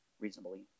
reasonably